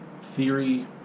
theory